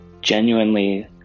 genuinely